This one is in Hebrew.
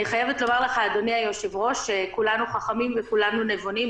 אני חייבת לומר לך שכולנו חכמים וכולנו נבונים.